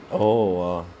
oh !wow!